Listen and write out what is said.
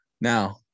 now